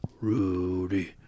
Rudy